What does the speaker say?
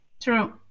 True